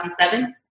2007